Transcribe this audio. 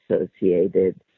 associated